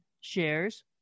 shares